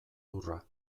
lurra